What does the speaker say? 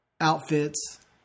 outfits